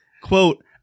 Quote